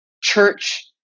church